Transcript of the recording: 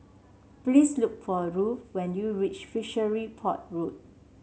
please look for Ruel when you reach Fishery Port Road